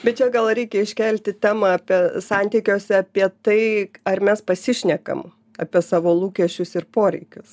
bet čia gal reikia iškelti temą apie santykiuose apie tai ar mes pasišnekam apie savo lūkesčius ir poreikius